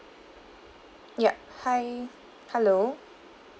ya hi hello